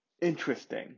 interesting